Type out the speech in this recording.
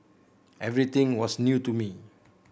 everything was new to me